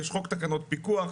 יש חוק תקנות פיקוח,